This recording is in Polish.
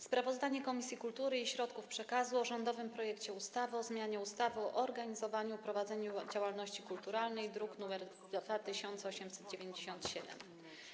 Sprawozdanie Komisji Kultury i Środków Przekazu o rządowym projekcie ustawy o zmianie ustawy o organizowaniu i prowadzeniu działalności kulturalnej z druku nr 2897.